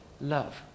love